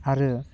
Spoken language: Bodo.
आरो